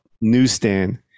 newsstand